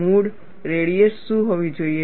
મૂળ રેડિયસ શું હોવી જોઈએ